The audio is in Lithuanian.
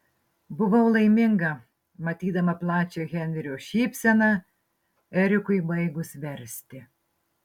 buvau laiminga matydama plačią henrio šypseną erikui baigus versti